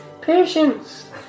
Patience